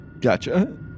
gotcha